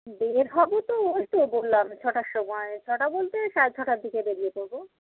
বের হব তো ওই তো বললাম ছটার সময় ছটা বলতে ওই সাড়ে ছটার দিকে বেরিয়ে পড়ব